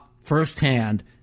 firsthand